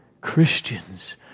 Christians